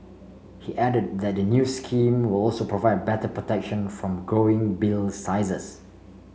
he added that the new scheme will also provide better protection from growing bill sizes